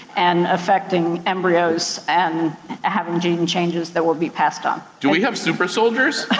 and affecting embryos, and having gene changes that will be passed on. do we have super soldiers?